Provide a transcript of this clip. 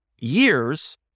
years